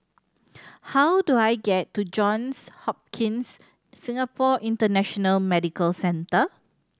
how do I get to Johns Hopkins Singapore International Medical Centre